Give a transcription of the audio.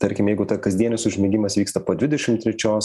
tarkim jeigu ta kasdienis užmigimas vyksta po dvidešimt trečios